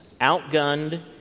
outgunned